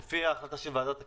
לפי החלטה של ועדת הכלכלה,